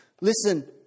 Listen